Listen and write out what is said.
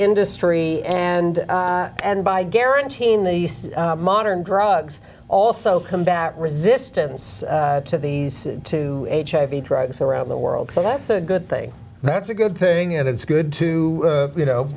industry and and by guaranteeing the modern drugs also combat resistance to these two hiv drugs around the world so that's a good thing that's a good thing and it's good to you know